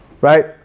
right